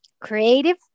creative